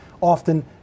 often